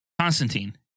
Constantine